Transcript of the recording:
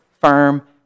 firm